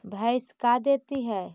भैंस का देती है?